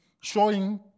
showing